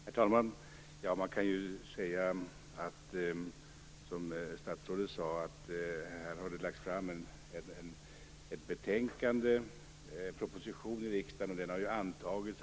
Herr talman! Man kan säga, som statsrådet sade, att här har lagts fram en proposition till riksdagen som har antagits.